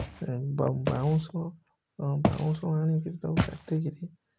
ବାଉଁ ବାଉଁଶ ବାଉଁଶ ଆଣିକି ତାକୁ କାଟିକି